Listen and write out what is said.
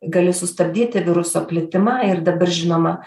gali sustabdyti viruso plitimą ir dabar žinoma